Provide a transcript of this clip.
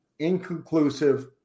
Inconclusive